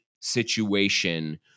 situation